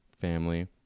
family